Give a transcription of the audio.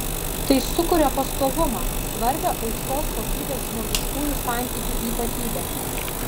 tai sukuria pastovumą svarbią aukštos kokybės žmogiškųjų santykių ypatybę